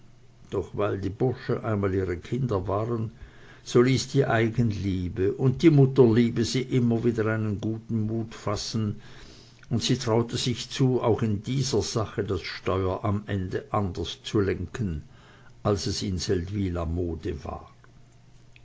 doch weil die bursche einmal ihre kinder waren so ließ die eigenliebe und die mutterliebe sie immer wieder einen guten mut fassen und sie traute sich zu auch in dieser sache das steuer am ende anders zu lenken als es zu seldwyl mode war